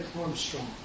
Armstrong